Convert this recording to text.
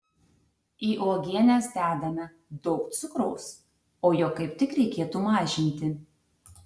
į uogienes dedame daug cukraus o jo kaip tik reikėtų mažinti